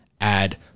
add